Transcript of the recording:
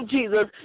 Jesus